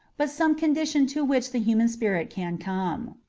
but some condition to which the human spirit can come.